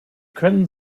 können